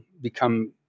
become